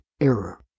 error